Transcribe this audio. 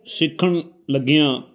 ਸਿੱਖਣ ਲੱਗਿਆਂ